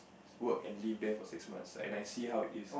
work and live there for six months and I see how it is